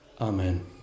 Amen